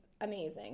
amazing